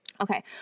Okay